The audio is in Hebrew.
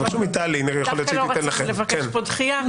לא רצינו לבקש פה דחייה,